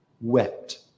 wept